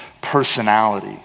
Personality